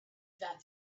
that